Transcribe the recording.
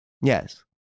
Yes